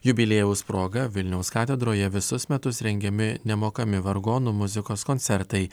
jubiliejaus proga vilniaus katedroje visus metus rengiami nemokami vargonų muzikos koncertai